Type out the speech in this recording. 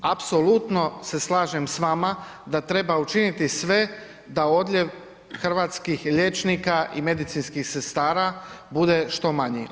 Apsolutno se slažem s vama da treba učiniti sve da odljev hrvatskih liječnika i medicinskih sestara bude što manji.